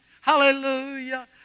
Hallelujah